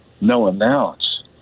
no-announce